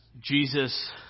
Jesus